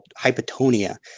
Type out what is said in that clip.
hypotonia